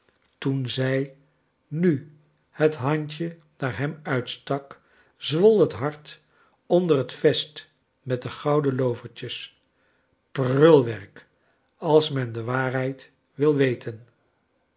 toen zij nu het handje naar hem uitstak zwol het hart onder het vest met de gouden lovertjes prulwerk i als men de waarheid wil weten